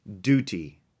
Duty